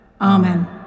Amen